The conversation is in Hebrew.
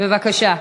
בבקשה.